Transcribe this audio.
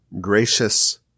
gracious